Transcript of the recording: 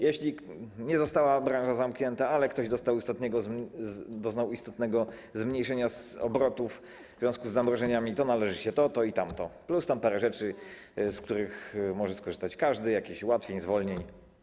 Jeśli nie została branża zamknięta, ale ktoś doznał istotnego zmniejszenia obrotów w związku z zamrożeniami, to należy się to, to i tamto, plus parę rzeczy, z których może skorzystać każdy: jakieś ułatwienia, zwolnienia.